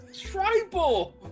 Tribal